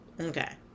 Okay